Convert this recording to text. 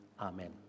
Amen